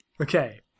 Okay